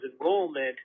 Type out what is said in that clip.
enrollment